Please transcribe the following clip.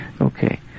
okay